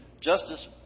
Justice